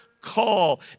call